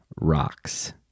Rocks